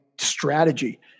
strategy